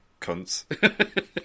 cunts